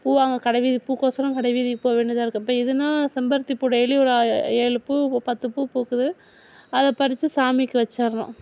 பூ வாங்க கடைவீதி பூக்கோசரம் கடைவீதி போக வேண்டியதாயிருக்கு இப்போ இதுனால் செம்பருத்தி பூ டெயிலேயும் ஒரு ஏழு பூ பத்து பூ பூக்குது அதை பறிச்சு சாமிக்கு வச்சுட்றோம்